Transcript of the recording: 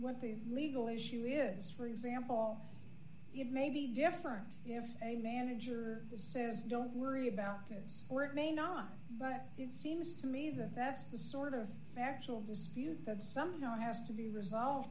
what the legal issue is for example it may be different if a manager says don't worry about this or it may not but it seems to me that that's the sort of factual dispute that something has to be resolved